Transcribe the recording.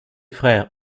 frères